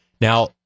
Now